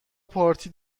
پارتی